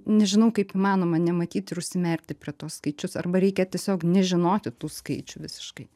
nežinau kaip įmanoma nematyt ir užsimerkti prie tuos skaičius arba reikia tiesiog nežinoti tų skaičių visiškai